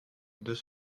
deux